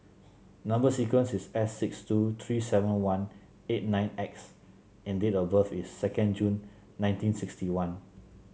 number sequence is S six two three seven one eight nine X and date of birth is sedond June nineteen sixty one